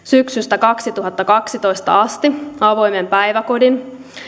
syksystä kaksituhattakaksitoista asti avoimen päiväkodin